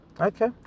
okay